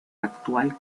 actual